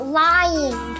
lying